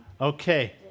Okay